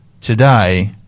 Today